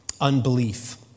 unbelief